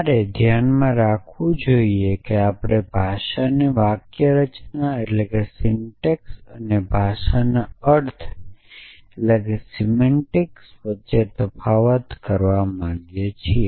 તમારે ધ્યાનમાં રાખવું જ જોઇએ કે આપણે ભાષાના વાક્યરચના અને ભાષાના અર્થ વચ્ચે તફાવત કરવા માગીએ છીએ